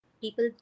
people